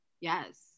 Yes